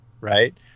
right